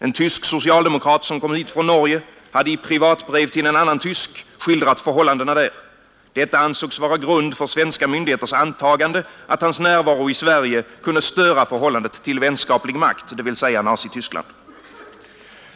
En tysk socialdemokrat som kom hit från Norge hade i privatbrev till en annan tysk skildrat förhållandena där. Detta ansågs vara grund för svenska myndigheters antagande att hans närvaro i Sverige kunde störa förhållandet till vänskaplig makt, dvs. Nazityskland.